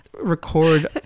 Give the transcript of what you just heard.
Record